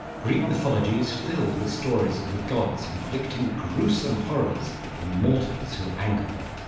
greek mythology is filled with stories of the gods inflicting gruesome horrors on mortals who angered them.